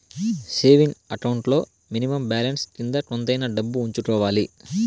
saving account లో minimum balance కింద కొంతైనా డబ్బు ఉంచుకోవాలి